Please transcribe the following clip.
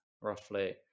roughly